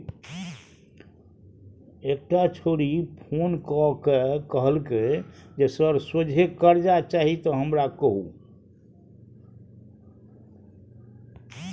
एकटा छौड़ी फोन क कए कहलकै जे सर सोझे करजा चाही त हमरा कहु